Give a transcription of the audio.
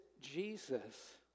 Jesus